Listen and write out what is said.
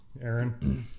Aaron